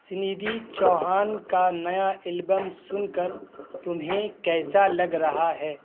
سنیدھی چوہان کا نیا البم سن کر تمہیں کیسا لگ رہا ہے